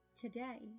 Today